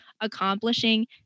accomplishing